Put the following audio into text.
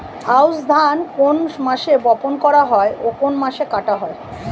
আউস ধান কোন মাসে বপন করা হয় ও কোন মাসে কাটা হয়?